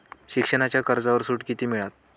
शिक्षणाच्या कर्जावर सूट किती मिळात?